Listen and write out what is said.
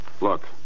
Look